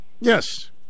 Yes